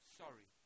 sorry